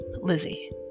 Lizzie